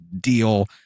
deal